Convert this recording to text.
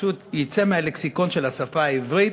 יצא מהלקסיקון של השפה העברית.